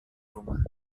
rumah